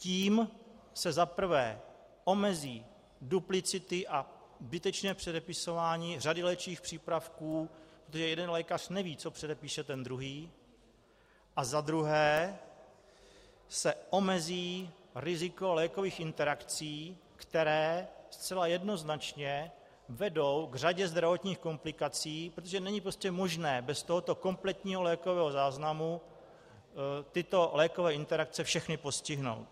Tím se za prvé omezí duplicity a zbytečné předepisování řady léčivých přípravků, kdy jeden lékař neví, co předepíše ten druhý, a za druhé se omezí riziko lékových interakcí, které zcela jednoznačně vedou k řadě zdravotních komplikací, protože není prostě možné bez tohoto kompletního lékového záznamu tyto lékové interakce všechny postihnout.